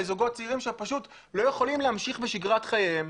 לזוגות צעירים שפשוט לא יכולים להמשיך בשגרת חייהם,